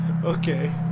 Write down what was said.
Okay